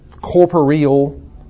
corporeal